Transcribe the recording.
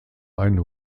ein